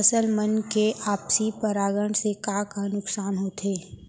फसल मन के आपसी परागण से का का नुकसान होथे?